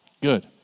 Good